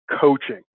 coaching